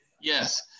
Yes